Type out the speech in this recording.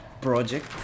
project